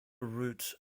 route